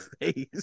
face